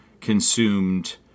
consumed